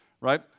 right